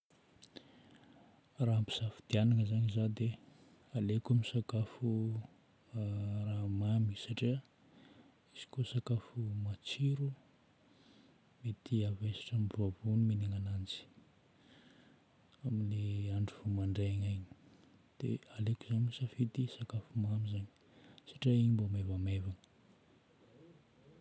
Raha ampisafidianana zagny za dia aleoko misakafo raha mamy satria izy koa sakafo matsiro mety havesatra amin'ny vavony mihignana ananjy amin'ny andro vô mandraigny igny. Dia aleoko zagny misafidy sakafo mamy zagny satria igny mba maivamaivana.